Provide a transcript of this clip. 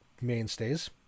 mainstays